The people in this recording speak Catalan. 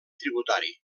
tributari